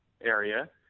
area